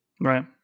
right